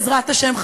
בעזרת השם,